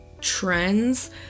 trends